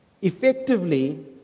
Effectively